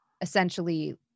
essentially